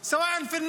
תודה.